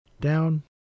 down